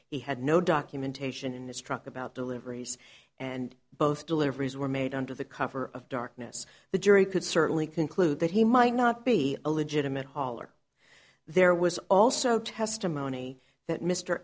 he had no documentation in this truck about deliveries and both deliveries were made under the cover of darkness the jury could certainly conclude that he might not be a legitimate hauler there was also testimony that mr